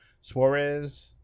Suarez